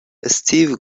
استیو